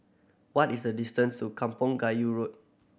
what is the distance to Kampong Kayu Road